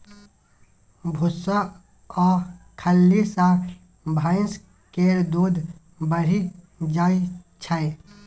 भुस्सा आ खल्ली सँ भैंस केर दूध बढ़ि जाइ छै